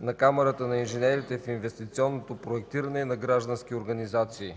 на Камарата на инженерите в инвестиционното проектиране и на граждански организации.